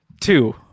Two